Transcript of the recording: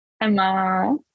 Emma